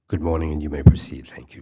good morning you may proceed t